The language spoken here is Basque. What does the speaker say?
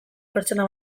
pertsona